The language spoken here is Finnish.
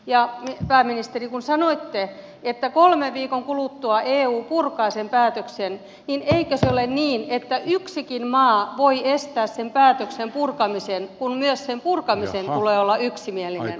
ja pääministeri kun sanoitte että kolmen viikon kuluttua eu purkaa sen päätöksen niin eikö se ole niin että yksikin maa voi estää sen päätöksen purkamisen kun myös sen purkamisen tulee olla yksimielinen